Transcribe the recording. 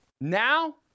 now